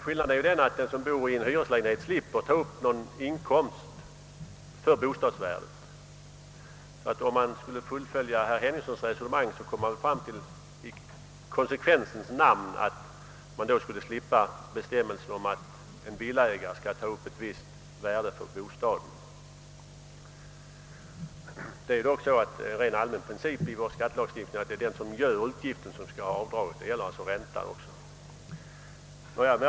Skillnaden är dock, att den som bor i en hyreslägenhet slipper ta upp någon inkomst för bostadsvärdet. Om man fullföljde herr Henningssons resonemang, skulle man i konsekvensens namn få slopa bestämmelsen att en villaägare skall ta upp ett värde för sin bostad. Det är dock en allmän princip i vår skattelagstiftning att den som har utgiften också skall få göra avdraget. Detta gäller alltså även räntan.